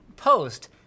post